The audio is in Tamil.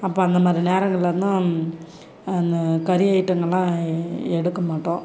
அப்போ அந்த மாதிரி நேரங்களில் தான் அந்த கறி ஐட்டங்கள்லாம் எடுக்க மாட்டோம்